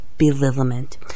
Belittlement